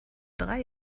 drei